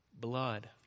blood